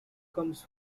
comes